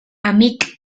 amic